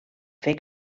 fer